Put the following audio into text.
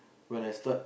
when I start